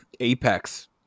apex